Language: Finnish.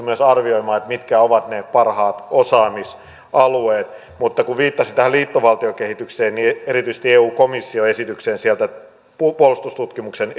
myös arvioimaan mitkä ovat ne parhaat osaamisalueet mutta kun viittasin tähän liittovaltiokehitykseen niin viittasin erityisesti eu komission esitykseen siellä on puolustustutkimuksen